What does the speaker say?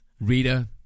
Rita